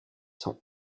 sont